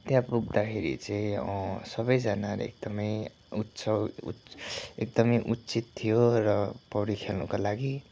त्या पुग्दाखेरि चाहिँ सबैजनाले एकदमै उत्सव एकदमै उत्साहित थियो र पौडी खेल्नका लागि